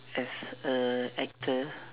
as a actor